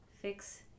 fix